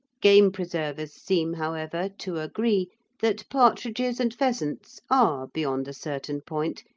game-preservers seem, however, to agree that partridges and pheasants are, beyond a certain point,